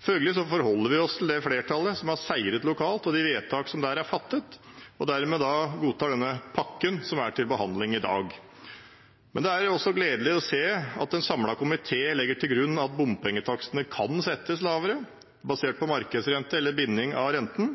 Følgelig forholder vi oss til det flertallet som har seiret lokalt, og de vedtak som der er fattet, og godtar dermed denne pakken som er til behandling i dag. Det er også gledelig å se at en samlet komité legger til grunn at bompengetakstene kan settes lavere, basert på markedsrente eller binding av renten,